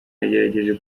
yagerageje